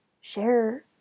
share